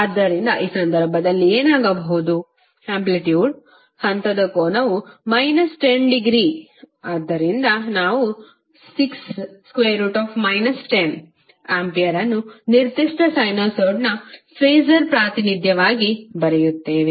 ಆದ್ದರಿಂದ ಈ ಸಂದರ್ಭದಲ್ಲಿ ಏನಾಗಬಹುದು ಆಂಪ್ಲಿಟ್ಯೂಡ್ ಹಂತದ ಕೋನವು ಮೈನಸ್ 10 ಡಿಗ್ರಿ ಆದ್ದರಿಂದ ನಾವು6∠ 10 ಆಂಪಿಯರ್ ಅನ್ನು ನಿರ್ದಿಷ್ಟ ಸೈನುಸಾಯ್ಡ್ನ ಫಾಸರ್ ಪ್ರಾತಿನಿಧ್ಯವಾಗಿ ಬರೆಯುತ್ತೇವೆ